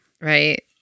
right